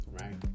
right